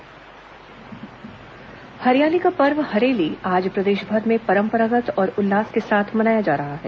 हरेली हरियाली का पर्व हरेली आज प्रदेशभर में परंपरागत और उल्लास के साथ मनाया जा रहा है